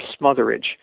smotherage